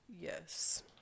Yes